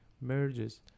merges